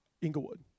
Inglewood